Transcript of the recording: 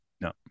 no